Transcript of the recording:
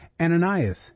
Ananias